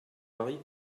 paris